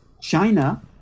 China